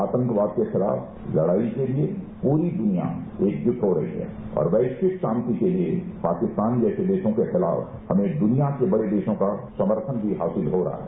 आतंकवाद के खिलाफ लड़ाई के लिए पूरी दुनिया एकपुट हो रही है और वैश्विक शांति के लिए पाकिस्तान जैसे देखों के खिलाफ हमें दुनिया के बड़े देशों का समर्थन भी हासिल हो रहा है